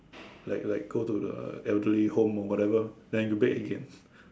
like like go to the elderly home or whatever then you bake again